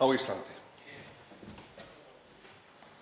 á Íslandi.